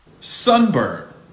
sunburn